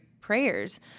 prayers